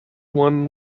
one